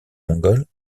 mongole